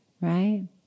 Right